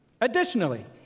Additionally